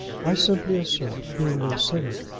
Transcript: i simply assert, being no cynic,